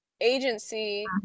Agency